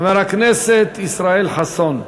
חבר הכנסת ישראל חסון,